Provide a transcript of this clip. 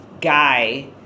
guy